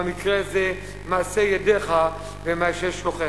במקרה הזה מעשה ידיך ומאנשי שולחיך.